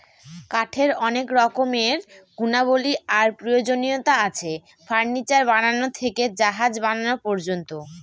কাঠের অনেক রকমের গুণাবলী আর প্রয়োজনীয়তা আছে, ফার্নিচার বানানো থেকে জাহাজ বানানো পর্যন্ত